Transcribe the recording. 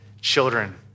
children